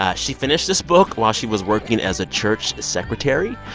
ah she finished this book while she was working as a church secretary.